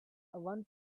one